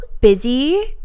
busy